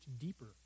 deeper